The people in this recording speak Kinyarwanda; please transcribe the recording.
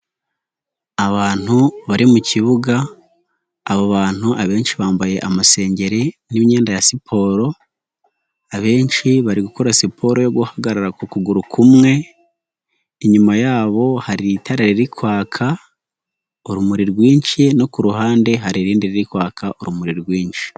Abantu bari mu kibuga, abo bantu abenshi bambaye amasengeri n'imyenda ya siporo, abenshi bari gukora siporo yo guhagarara ku kuguru kumwe, inyuma yabo hari itara riri kwaka urumuri rwinshi no ku ruhande hari irindi riri kwaka urumuri rwinshi.